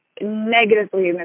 negatively